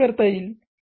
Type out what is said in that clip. ते कसे करता येईल